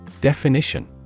DEFINITION